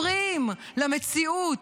עיוורים למציאות.